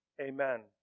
Amen